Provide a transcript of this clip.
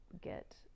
get